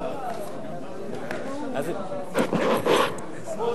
לפחות